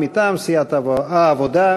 מטעם סיעת העבודה.